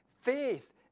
faith